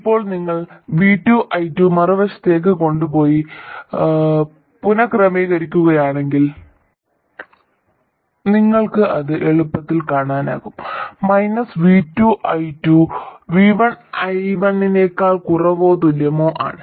ഇപ്പോൾ നിങ്ങൾ ഇത് v2 i2 മറുവശത്തേക്ക് കൊണ്ടുപോയി പുനഃക്രമീകരിക്കുകയാണെങ്കിൽ നിങ്ങൾക്ക് അത് എളുപ്പത്തിൽ കാണാനാകും v2 i2 v1 i1 നേക്കാൾ കുറവോ തുല്യമോ ആണ്